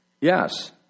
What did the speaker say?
Yes